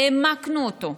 העמקנו אותו.